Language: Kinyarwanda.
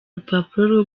rupapuro